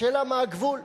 השאלה, מה הגבול.